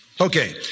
Okay